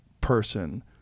person